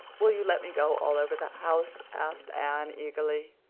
will you let me go all over the house? asked anne eagerly.